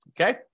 Okay